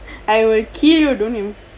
I will kill you don't you